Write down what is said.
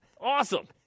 Awesome